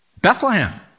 Bethlehem